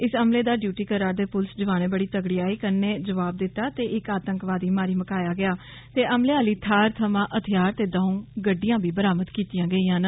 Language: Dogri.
इस हमले दा डयूटी करा'रदे पुलस जोआन बड़ी तगड़आई कन्नै जवाब दित्ता ते इक आतंकवादी मारी मकाया गेआ ते हमले आह्ली थाह्र थमां हथेयार ते दौ'ऊ गड्डियां बी बराबद कीते गे न